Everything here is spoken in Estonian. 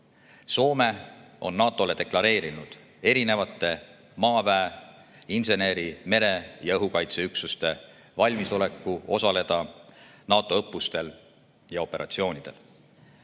Soome on NATO-le deklareerinud erinevate maaväe-, inseneri-, mere- ja õhukaitseüksuste valmisolekut osaleda NATO õppustel ja operatsioonidel.